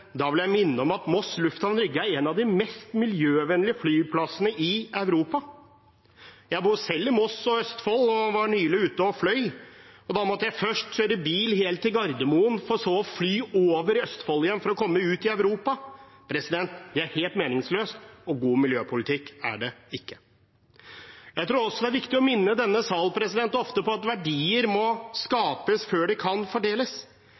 da vil jeg minne om at Moss lufthavn Rygge er en av de mest miljøvennlige flyplassene i Europa. Jeg bor selv i Moss og Østfold og var nylig ute og fløy. Da måtte jeg først kjøre bil helt til Gardermoen, for så å fly over Østfold igjen for å komme ut i Europa. Det er helt meningsløst, og god miljøpolitikk er det ikke. Jeg tror også det er viktig ofte å minne denne sal om at verdier må skapes før de kan fordeles.